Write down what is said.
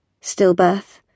Stillbirth